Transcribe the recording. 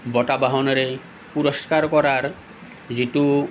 বঁটা বাহনেৰে পুৰস্কাৰ কৰাৰ যিটো